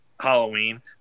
Halloween